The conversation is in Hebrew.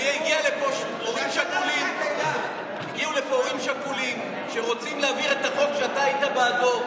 הגיעו לכאן הורים שכולים שרוצים להעביר את החוק שאתה היית בעדו,